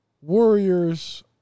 Warriors